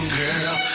girl